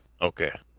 okay